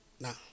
now